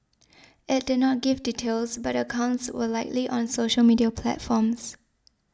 it did not give details but the accounts were likely on social media platforms